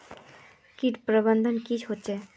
किट प्रबन्धन की होचे?